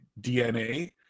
dna